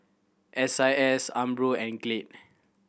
S I S Umbro and Glade